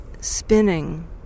spinning